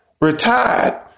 retired